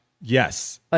Yes